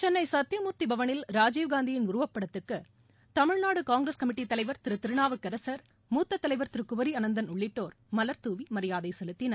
சென்னை சத்தியமூர்த்திபவனில் ராஜீவ்காந்தியின் உருவப்படத்திற்கு தமிழ்நாடு காங்கிரஸ் கமிட்டி தலைவா் திரு திருநாவுக்கரசா் மூத்த தலைவா் திரு குமி அனந்தன் உள்ளிட்டோா் மலா்துவி மியாதை செலுத்தின்